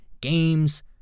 games